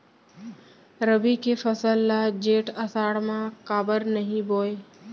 रबि के फसल ल जेठ आषाढ़ म काबर नही बोए?